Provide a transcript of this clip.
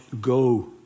go